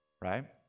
right